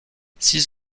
six